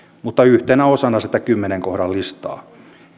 mutta yhtenä osana sitä kymmenennen kohdan listaa